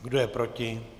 Kdo je proti?